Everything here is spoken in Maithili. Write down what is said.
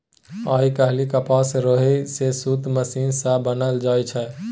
आइ काल्हि कपासक रुइया सँ सुत मशीन सँ बनाएल जाइ छै